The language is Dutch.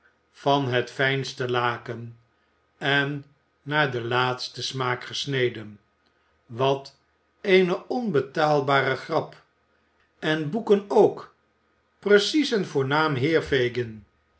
van het fijnste laken en naar den laatsten smaak gesneden wat eene onbetaalbare grap en boeken ook precies een voornaam